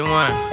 one